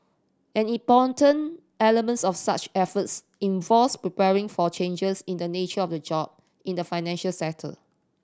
an important element of such efforts involves preparing for changes in the nature of the job in the financial sector